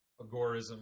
Agorism